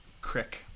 Crick